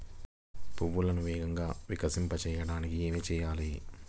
పువ్వులను వేగంగా వికసింపచేయటానికి ఏమి చేయాలి?